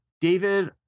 David